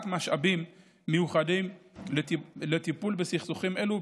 משאבים מיוחדים לטיפול בסכסוכים אלו,